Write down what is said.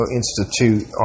institute